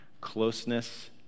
Closeness